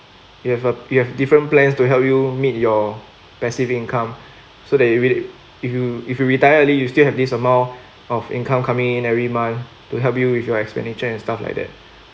you have a you have different plans to help you meet your passive income so that if it if you if you retire early you still have this amount of income coming in every month to help you with your expenditure and stuff like that